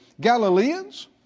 Galileans